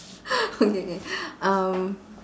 okay K um